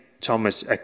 Thomas